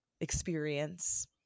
experience